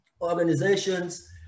organizations